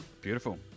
Beautiful